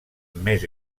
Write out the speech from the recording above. més